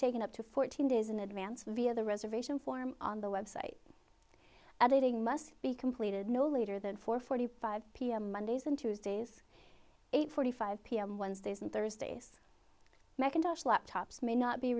taken up to fourteen days in advance via the reservation form on the website adding must be completed no later than four forty five pm mondays and tuesdays eight forty five pm wednesdays and thursdays macintosh laptops may not be